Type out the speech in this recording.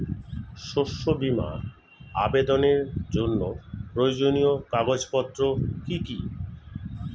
শস্য বীমা আবেদনের জন্য প্রয়োজনীয় কাগজপত্র কি কি?